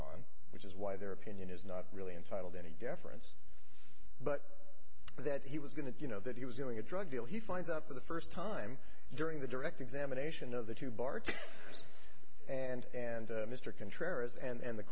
sees which is why their opinion is not really intitled any deference but that he was going to you know that he was doing a drug deal he finds out for the first time during the direct examination of the two barges and and mr contrarians and the